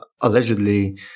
allegedly